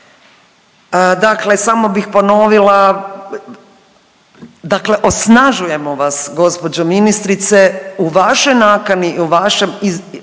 Dakle, samo bih ponovila dakle osnažujemo vas gospođo ministrice u vašoj nakani i u vašem ovome